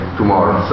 tomorrow